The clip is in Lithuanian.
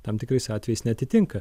tam tikrais atvejais neatitinka